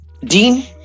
Dean